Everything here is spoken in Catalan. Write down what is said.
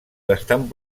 bastant